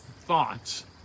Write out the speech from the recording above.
thoughts